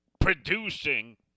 producing